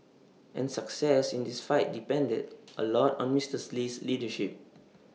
and success in this fight depended A lot on Misters Lee's leadership